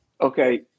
Okay